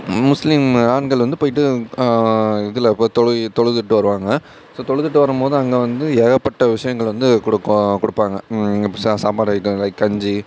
முஸ்லீம் ஆண்கள் வந்து போயிட்டு இதில் போய் தொழுகி தொழுதுட்டு வருவாங்க ஸோ தொழுதுட்டு வரும்போது அங்கே வந்து ஏகப்பட்ட விஷயங்கள் வந்து கொடுக்கு கொடுப்பாங்க இப்போ சா சாப்பாடு ஐட்டங்கள் கஞ்சி